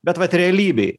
bet vat realybėj